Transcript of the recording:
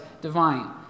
divine